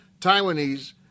Taiwanese